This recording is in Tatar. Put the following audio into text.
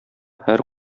һәр